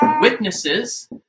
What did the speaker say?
witnesses